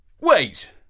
Wait